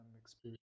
experience